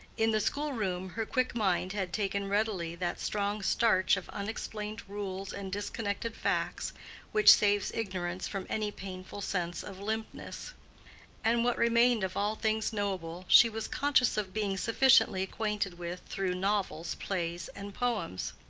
in the school-room her quick mind had taken readily that strong starch of unexplained rules and disconnected facts which saves ignorance from any painful sense of limpness and what remained of all things knowable, she was conscious of being sufficiently acquainted with through novels, plays and poems.